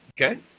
Okay